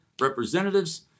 representatives